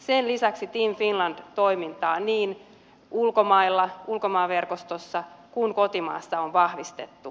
sen lisäksi team finland toimintaa niin ulkomailla ulkomaanverkostossa kuin kotimaassa on vahvistettu